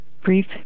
brief